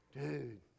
Dude